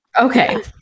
Okay